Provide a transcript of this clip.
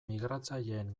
migratzaileen